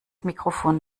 mikrofon